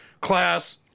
class